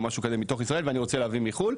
או משהו כזה מתוך ישראל ואני רוצה להביא מחו"ל,